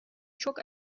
çok